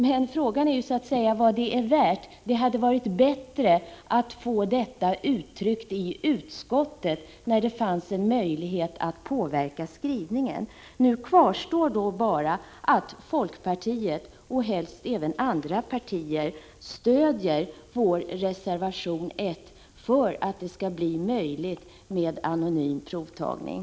Men frågan är ju vad det är värt. Det hade varit bättre om detta hade uttryckts i utskottet, medan det fanns en möjlighet att påverka skrivningen. Nu kvarstår bara att folkpartiet, och helst även andra partier, stöder vår reservation 1 för att det skall bli möjligt med anonym provtagning.